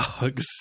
dogs